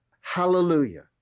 Hallelujah